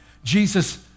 Jesus